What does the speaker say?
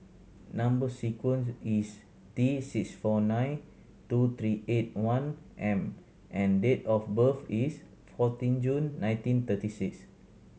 number sequence is T six four nine two three eight one M and date of birth is fourteen June nineteen thirty six